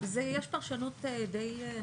יש פרשנות די,